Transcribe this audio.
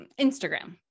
Instagram